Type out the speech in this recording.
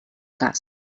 cas